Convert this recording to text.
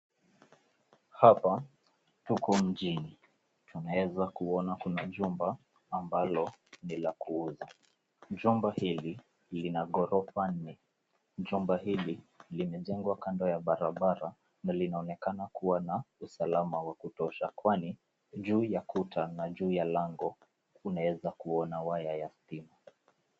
Hapa tuko mjini, tunaweza kuona kuna jumba ambalo ni la kuuza. Jumba hili lina ghorofa nne. Jumba hili limejengwa kando ya barabara na linaonekana kuwa na usalama wa kutosha kwani juu ya kuta na juu ya lango tunaweza kuona waya ya stima.